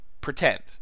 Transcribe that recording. pretend